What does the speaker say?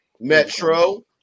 Metro